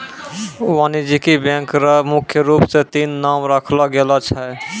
वाणिज्यिक बैंक र मुख्य रूप स तीन नाम राखलो गेलो छै